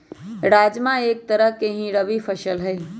राजमा एक तरह के ही रबी फसल हई